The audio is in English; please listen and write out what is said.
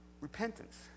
Repentance